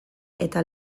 eta